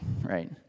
right